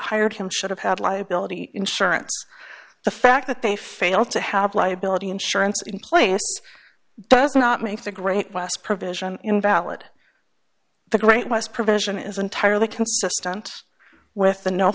hired him should have had liability insurance the fact that they fail to have liability insurance in place does not make the great west provision invalid the great west provision is entirely consistent with